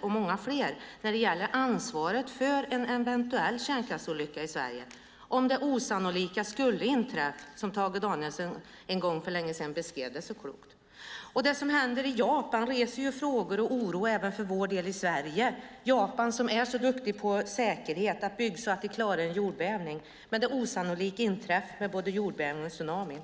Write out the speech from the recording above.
och många flera känner när det gäller ansvaret för en eventuell kärnkraftsolycka i Sverige, om det osannolika skulle inträffa, som Tage Danielsson en gång för länge sedan beskrev det så klokt. Det som händer i Japan reser ju frågor och oro även för vår del i Sverige. Japan som är så duktigt på säkerhet och på att bygga så att de klarar en jordbävning. Men det osannolika inträffade med både jordbävning och tsunami.